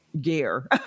gear